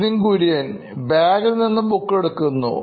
Nithin Kurian COO Knoin Electronics ബാഗിൽനിന്ന്ബുക്ക് എടുക്കുന്നു